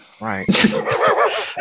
right